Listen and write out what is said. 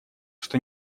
что